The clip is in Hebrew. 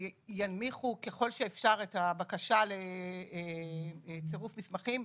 שינמיכו ככל האפשר את הבקשה לצירוף מסמכים,